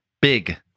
Big